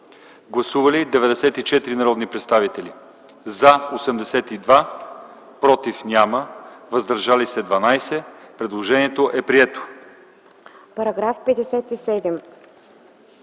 Гласували 94 народни представители: за 82, против няма, въздържали се 12. Предложението е прието. Подлагам на